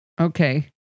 Okay